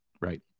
right